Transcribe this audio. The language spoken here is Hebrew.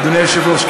אדוני היושב-ראש,